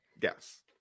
Yes